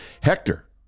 Hector